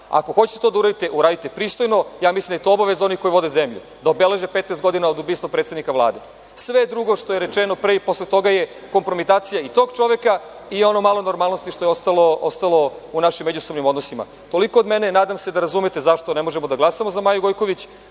Ako hoćete to da uradite, uradite pristojno. Ja mislim da je to obaveza onih koji vode zemlju, da obeleže 15 godina od ubistva predsednika Vlade. Sve drugo što je rečeno pre i posle toga je kompromitacija i tog čoveka i ono malo normalnosti što je ostalo u našim međusobnim odnosima. Toliko od mene. Nadam se da razumete zašto ne možemo da glasamo za Maju Gojković.